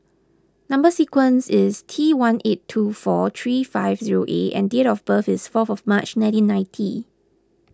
Number Sequence is T one eight two four three five zero A and date of birth is fourth of March nineteen ninety